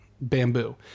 bamboo